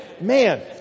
Man